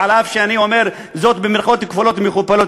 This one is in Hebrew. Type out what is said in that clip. אף שאני אומר זאת במירכאות כפולות ומכופלות,